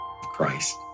Christ